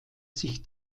sich